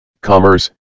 Commerce